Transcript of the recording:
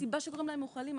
יש סיבה שקוראים להם מוכלים,